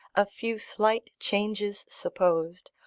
a few slight changes supposed,